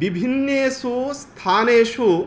विभिन्नेषु स्थानेषु